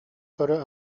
көрө